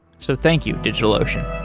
so thank you, digitalocean